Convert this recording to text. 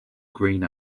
green